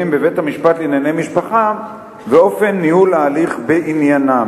בבית-המשפט לענייני משפחה ואופן ניהול ההליך בהן,